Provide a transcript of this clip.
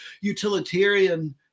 utilitarian